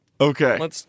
Okay